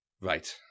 Right